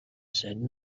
said